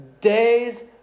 days